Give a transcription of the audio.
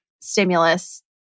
stimulus